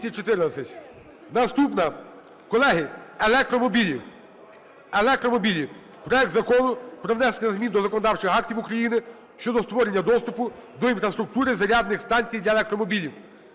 ставлю на голосування проект Закону про внесення змін до деяких законодавчих актів України щодо створення доступу до інфраструктури зарядних станцій для електромобілів